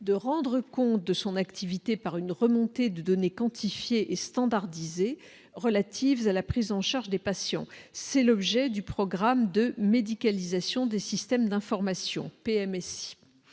de rendre compte de son activité par une remontée de donner quantifier et standardiser relatives à la prise en charge des patients, c'est l'objet du programme de médicalisation des systèmes d'information PMSI,